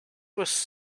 was